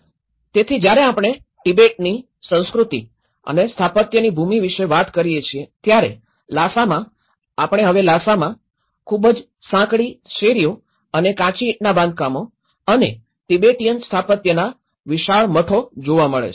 તેથી જ્યારે આપણે તિબેટની સંસ્કૃતિ અને સ્થાપત્યની ભૂમિ વિશે વાત કરીએ છીએ ત્યારે લસામાં આપણે હવે લસામાં ખૂબ જ સાંકડી શેરીઓ અને કાચી ઈંટના બાંધકામો અને તિબેટીયન સ્થાપત્યના વિશાળ મઠો જોવા મળે છે